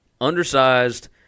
undersized